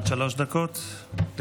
בבקשה, עד שלוש דקות לרשותך.